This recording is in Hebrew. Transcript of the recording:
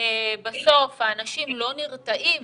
בסוף האנשים לא נרתעים